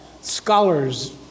scholars